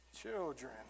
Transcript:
Children